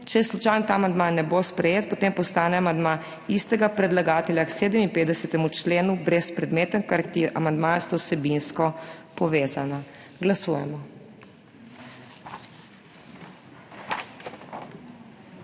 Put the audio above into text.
Če slučajno ta amandma ne bo sprejet, potem postane amandma istega predlagatelja k 57. členu brezpredmeten, kajti amandmaja sta vsebinsko povezana. Glasujemo.